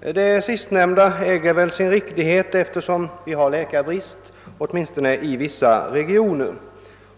Det sistnämn da äger väl sin riktighet, eftersom vi har läkarbrist åtminstone i vissa regioner.